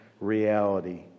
reality